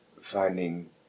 finding